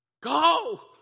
Go